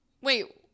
Wait